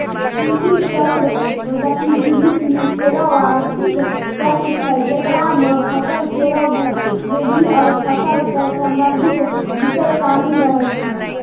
कृषि चक्र गतिविधि सिनी केरो बार्षिक चक्र छै जेकरा म फसल केरो वृद्धि आरु फसल सें संबंधित बिषय शामिल रहै छै